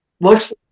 looks